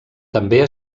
també